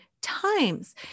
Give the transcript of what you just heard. times